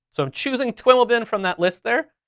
so i'm choosing twiml bin from that list there,